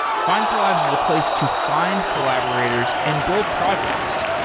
findcollabs is a place to find collaborators and build projects.